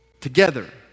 together